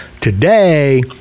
today